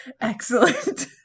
Excellent